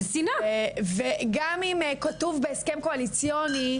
גם אם כתוב בהסכם קואליציוני,